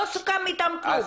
לא סוכם אתם כלום,